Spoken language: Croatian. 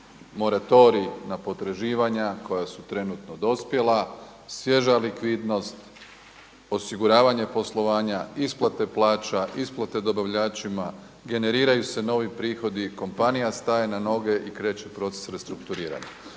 moratorij na potraživanja koja su trenutno dospjela, svježa likvidnost, osiguravanje poslovanja, isplate plaća, isplate dobavljačima, generiraju se novi prihodi, kompanija staje na noge i kreće proces restrukturiranja.